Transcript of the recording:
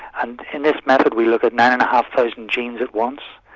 and in this method we look at nine and a half thousand genes at once.